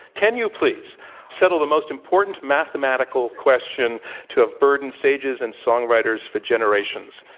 can you please settle the most important mathematical question to have burdened sages and songwriters for generations.